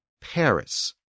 Paris